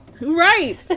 Right